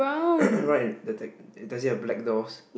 right the ta~ does it have black doors